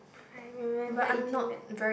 I remember eating that